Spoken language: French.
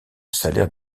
salaire